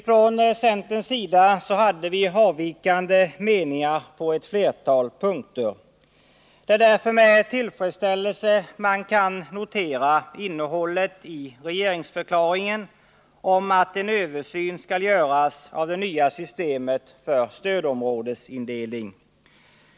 Från centerns sida hade vi avvikande meningar på ett flertal punkter. Det är därför med tillfredsställelse man kan notera innehållet i regeringsförklaringen om att en översyn skall göras av det nya systemet för stödområdesindelning.